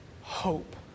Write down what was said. Hope